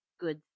good